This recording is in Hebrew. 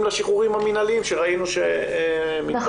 לשחרורים המינהליים שראינו שמתבצעים.